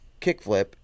kickflip